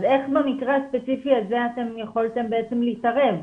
אז איך במקרה הספציפי הזה אתם יכולתם בעצם להתערב?